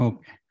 Okay